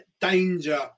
danger